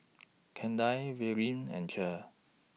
Kandi Verlin and Cher